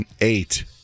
eight